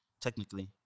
technically